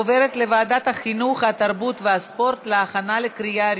לוועדת החינוך, התרבות והספורט נתקבלה.